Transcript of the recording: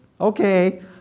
okay